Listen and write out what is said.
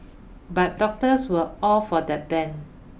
but doctors were all for the ban